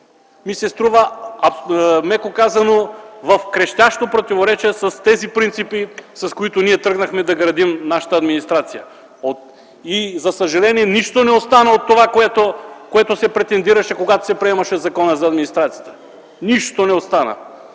ми се струва, меко казано, в крещящо противоречие с тези принципи, с които ние тръгнахме да градим нашата администрация. И за съжаление нищо не остана от това, което се претендираше, когато се приемаше Законът за администрацията. Нищо не остана!